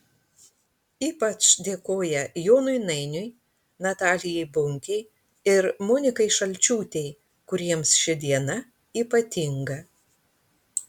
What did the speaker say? ypač dėkoja jonui nainiui natalijai bunkei ir monikai šalčiūtei kuriems ši diena ypatinga